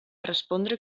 respondre